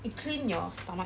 you clean your stomach